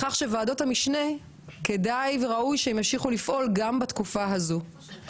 פנה כדי שוועדות המשנה ימשיכו לפעול גם בתקופה הזאת,